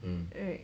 right